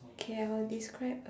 okay I will describe